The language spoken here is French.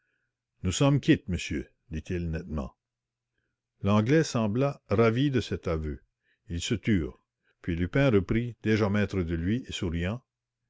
nous sommes quittes monsieur dit-il nettement l'anglais sembla ravi de cet aveu ils se turent puis lupin reprit déjà maître de lui et souriant